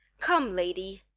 come, lady,